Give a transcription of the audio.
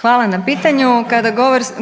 Hvala na pitanju. Kada